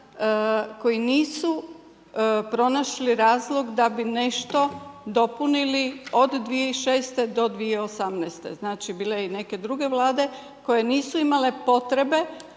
koji nisu pronašli razlog da bi nešto dopunili od 2006. do 2018. Znači bile su i neke druge Vlade koje nisu imale potrebe